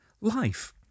life